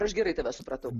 aš gerai tave supratau